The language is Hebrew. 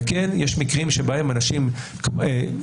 וכן יש מקרים שבהם אנשים בצורה